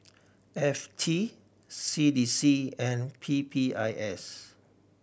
F T C D C and P P I S